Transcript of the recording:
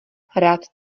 rád